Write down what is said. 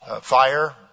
fire